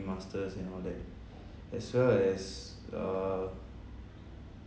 masters and all that as well as err